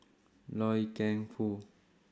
Loy Keng Foo